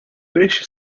peixe